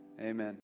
Amen